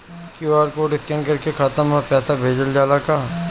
QR code scan करके खाता में पैसा भेजल जाला का?